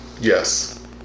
Yes